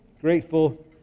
grateful